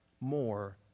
more